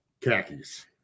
Khakis